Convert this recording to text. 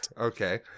okay